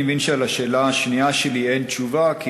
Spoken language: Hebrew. אני מבין שעל השאלה השנייה שלי אין תשובה,